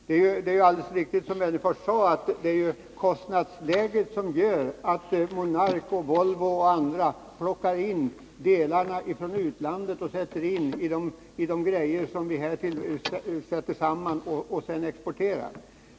Det är riktigt som Alf Wennerfors sade, att det är kostnadsläget som gör att Monark, Volvo och andra företag köper delar från utlandet till de produkter som de sätter samman här och exporterar.